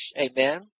Amen